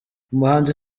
umuhanzi